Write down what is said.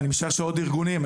ואני משער שעוד ארגונים.